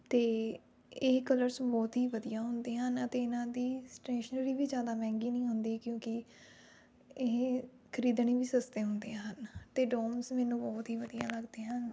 ਅਤੇ ਇਹ ਕਲਰਜ਼ ਬਹੁਤ ਹੀ ਵਧੀਆ ਹੁੰਦੇ ਹਨ ਅਤੇ ਇਨ੍ਹਾਂ ਦੀ ਸਟੇਸ਼ਨਰੀ ਵੀ ਜ਼ਿਆਦਾ ਮਹਿੰਗੀ ਨਹੀਂ ਹੁੰਦੀ ਕਿਉਂਕਿ ਇਹ ਖਰੀਦਣੇ ਵੀ ਸਸਤੇ ਹੁੰਦੇ ਹਨ ਅਤੇ ਡੋਮਸ ਮੈਨੂੰ ਬਹੁਤ ਹੀ ਵਧੀਆ ਲੱਗਦੇ ਹਨ